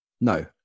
no